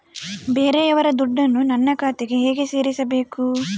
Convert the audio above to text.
ಬೇರೆಯವರ ದುಡ್ಡನ್ನು ನನ್ನ ಖಾತೆಗೆ ಹೇಗೆ ಸೇರಿಸಬೇಕು?